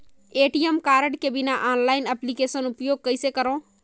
ATM card के बिना online application उपयोग कइसे करो?